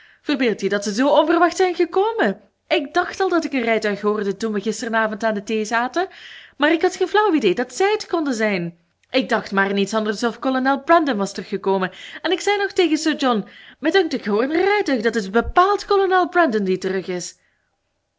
verbeeld je dat ze zoo onverwacht zijn gekomen ik dacht al dat ik een rijtuig hoorde toen we gisteravond aan de thee zaten maar ik had geen flauw idee dat zij t konden zijn ik dacht maar niet anders of kolonel brandon was teruggekomen en ik zei nog tegen sir john mij dunkt ik hoor een rijtuig dat is bepaald kolonel brandon die terug is